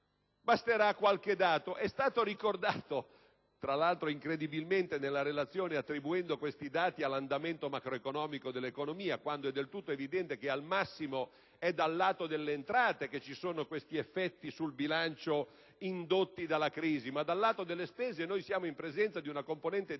citare qualche dato. È stato ricordato, tra l'altro, incredibilmente, nella relazione, attribuendo questi dati all'andamento macroeconomico dell'economia, quando è del tutto evidente che, al massimo, è dal lato delle entrate che ci sono effetti sul bilancio indotti dalla crisi, ma dal lato delle spese siamo in presenza di una componente